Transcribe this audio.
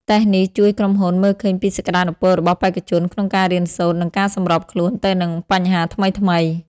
តេស្តនេះជួយក្រុមហ៊ុនមើលឃើញពីសក្តានុពលរបស់បេក្ខជនក្នុងការរៀនសូត្រ និងការសម្របខ្លួនទៅនឹងបញ្ហាថ្មីៗ។